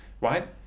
right